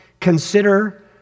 consider